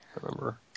remember